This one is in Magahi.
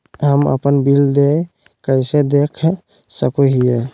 हम अपन बिल देय कैसे देख सको हियै?